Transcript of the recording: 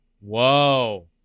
Whoa